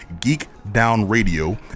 geekdownradio